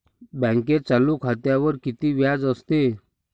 बँकेत चालू खात्यावर किती व्याज असते?